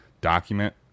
document